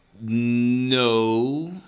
No